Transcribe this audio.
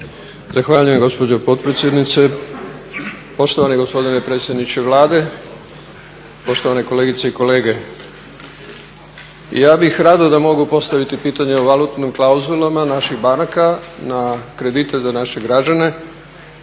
Zahvaljujem gospođo potpredsjednice. Poštovani gospodine predsjedniče Vlade, poštovane kolegice i kolege. Ja bih rado da mogu postaviti pitanje o valutnim klauzulama naših banaka na kredite za naše građane,